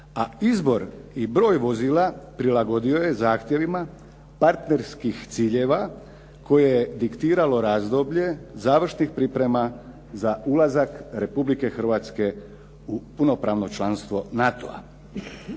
a izbor i broj vozila prilagodio je zahtjevima, partnerskih ciljeva koje je diktiralo razdoblje završnih priprema za ulazak Republike Hrvatske u punopravno članstvo NATO-a.